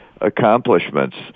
accomplishments